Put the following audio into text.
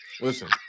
Listen